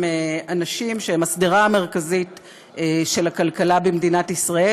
אנשים שהם השדרה המרכזית של הכלכלה במדינת ישראל,